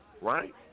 right